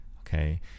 okay